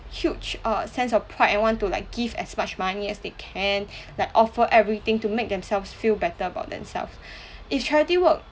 huge uh sense of pride and want to like give as much money as they can like offer everything to make themselves feel better about themself if charity work